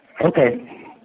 Okay